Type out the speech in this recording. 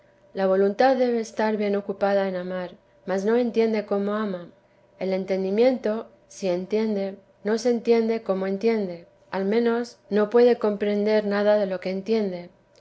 la voluntad debe estar bien ocupada en amar mas no entiende cómo ama el entendimiento si entiende no se entiende cómo entiende al menos no puede comprelp fí vida de la santa madre hender nada de lo que entiende